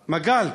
מגל.